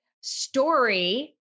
story